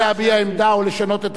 אבל לפחות אתה עושה את שלך.